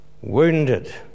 Wounded